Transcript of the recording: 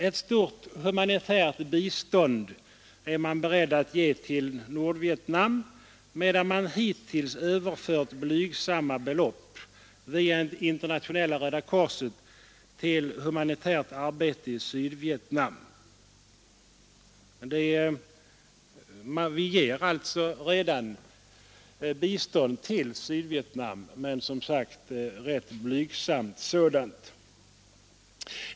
Ett stort humanitärt bistånd är man beredd att ge till Nordvietnam, medan man hittills överfört blygsamma belopp via Internationella röda korset till humanitärt arbete i Sydvietnam. Vi ger alltså redan bistånd till Sydvietnam, men som sagt ett rätt blygsamt sådant.